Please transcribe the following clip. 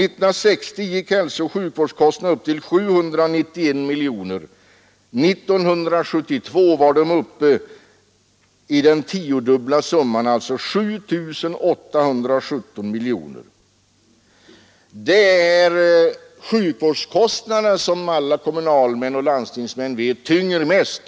1960 gick hälsooch sjukvårdskostnaderna upp till 791 miljoner 1972 var de uppe i den tiodubbla summan eller 7 817 miljoner. Som alla kommunalmän och landstingsmän vet är det sjukvårdskostnaderna som tynger mest.